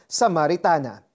samaritana